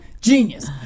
genius